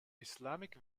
islamic